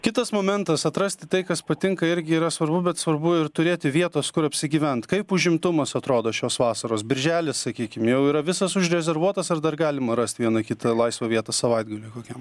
kitas momentas atrasti tai kas patinka irgi yra svarbu bet svarbu ir turėti vietos kur apsigyvent kaip užimtumas atrodo šios vasaros birželį sakykim jau yra visos užrezervuotos ar dar galima rast vieną kitą laisvą vietą savaitgaliui kokiam